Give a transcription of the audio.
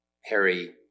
Harry